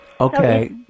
Okay